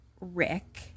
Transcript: Rick